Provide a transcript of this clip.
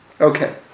Okay